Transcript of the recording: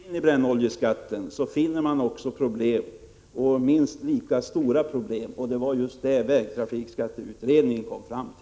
Fru talman! Det är intressant att notera att Bo Forslund tycker att Svenska åkeriförbundet, där han hade sina goda vänner, inte har satt sig in i frågan.